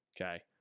Okay